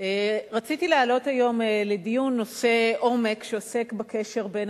רציתי להעלות היום לדיון נושא עומק שעוסק בקשר בין